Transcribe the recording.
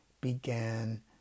began